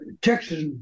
Texas